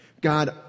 God